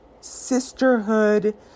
sisterhood